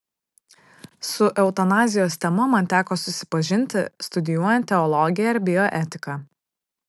su eutanazijos tema man teko susipažinti studijuojant teologiją ir bioetiką